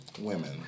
women